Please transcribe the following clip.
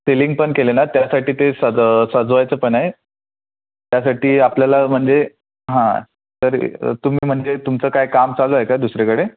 ceiling पण केले ना त्यासाठी ते साजं सजवायचं पण आहे त्यासाठी आपल्याला म्हणजे हां तर तुम्ही म्हणजे तुमचं काय काम चालू आहे का दुसरीकडे